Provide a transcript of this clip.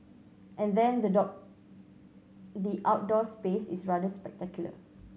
and then the dog the outdoor space is rather spectacular